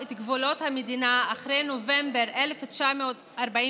את גבולות המדינה אחרי נובמבר 1947,